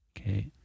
Okay